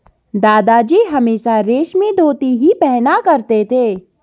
दादाजी हमेशा रेशमी धोती ही पहना करते थे